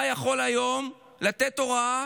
אתה יכול היום לתת הוראה